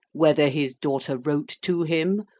whether his daughter wrote to him,